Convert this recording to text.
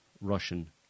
Russian